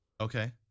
okay